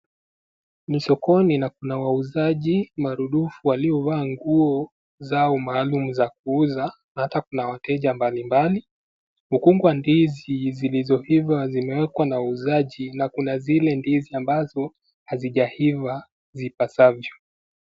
Ni sokoni na kuna wauzaji marudhufu waliovaa nguo zao maalum za kuuza na hata kuna wateja mbalimbali. Mkungu wa ndizi zilizoiva zimewekwa na wauzaji na kuna zile ndizi ambazo hazijaiva zipasavyo.